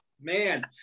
man